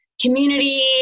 community